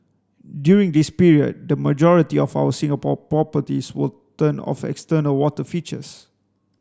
during this period the majority of our Singapore properties will turn off external water features